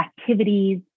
activities